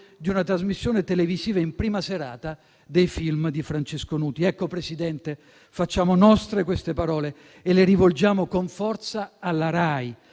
di una trasmissione televisiva in prima serata dei film di Francesco Nuti". Ecco, Presidente, facciamo nostre queste parole e le rivolgiamo con forza alla RAI.